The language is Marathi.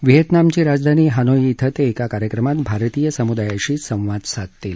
व्हिएतनामची राजधानी हनोई क्रिं ते एका कार्यक्रमात भारतीय समुदायाशी संवाद साधतील